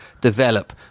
develop